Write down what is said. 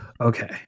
okay